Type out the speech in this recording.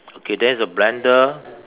okay there's a blender